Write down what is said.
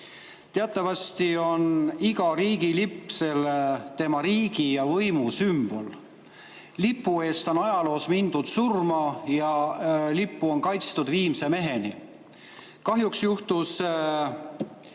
Teatavasti on iga riigi lipp selle riigi ja tema võimu sümbol. Lipu eest on ajaloos mindud surma ja lippu on kaitstud viimse meheni. Kahjuks oli